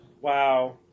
Wow